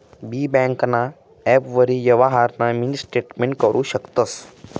बी ब्यांकना ॲपवरी यवहारना मिनी स्टेटमेंट करु शकतंस